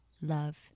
Love